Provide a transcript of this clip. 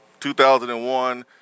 2001